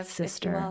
sister